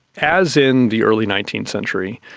as in the early nineteenth century,